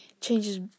changes